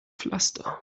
pflaster